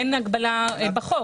אין הגבלה בחוק.